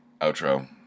outro